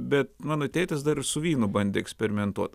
bet mano tėtis dar ir su vynu bandė eksperimentuot